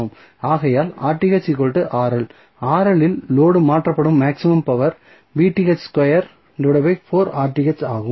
ஆகையால் இல் லோடு க்கு மாற்றப்படும் மேக்ஸிமம் பவர் ஆகும்